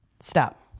Stop